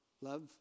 Love